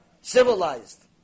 civilized